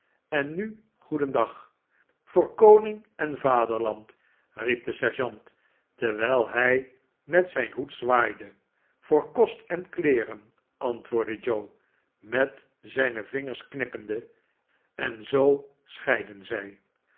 en nu goedendag voor koning en vaderland riep de sergeant terwijl hij met zijn hoed zwaaide voor kost en kleeren antwoordde joe met zijne vingers knippende en zoo scheidden zij